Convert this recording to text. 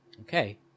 Okay